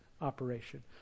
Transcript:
operation